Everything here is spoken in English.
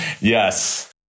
Yes